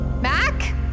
Mac